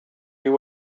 you